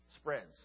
spreads